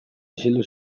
isildu